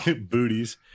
Booties